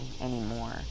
anymore